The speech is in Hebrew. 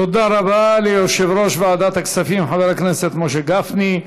תודה רבה ליושב-ראש ועדת הכספים חבר הכנסת משה גפני.